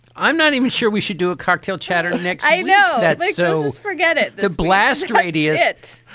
i'm not even sure we should do a cocktail chatter next. i know that. so forget it the blast radius at